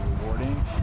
rewarding